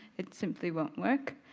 it simply wont work.